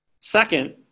Second